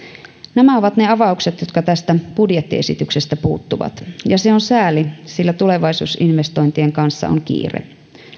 nämä ovat ne avaukset jotka tästä budjettiesityksestä puuttuvat ja se on sääli sillä tulevaisuusinvestointien kanssa on kiire